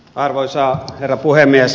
arvoisa herra puhemies